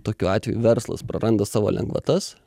tokiu atveju verslas praranda savo lengvatas